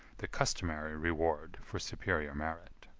the customary reward for superior merit.